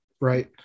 Right